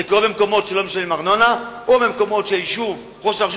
זה קורה במקומות שלא משלמים ארנונה או במקומות שראש